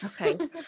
Okay